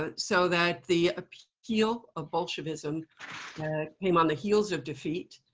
ah so that the appeal of bolshevism came on the heels of defeat.